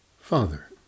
Father